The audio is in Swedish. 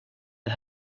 det